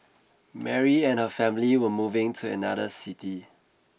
Mary and her family were moving to another city